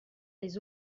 les